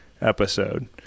Episode